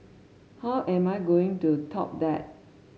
how am I going to top that